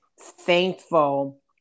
thankful